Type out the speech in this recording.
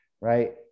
right